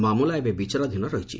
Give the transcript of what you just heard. ମାମଲା ଏବେ ବିଚାରାଧୀନ ରହିଛି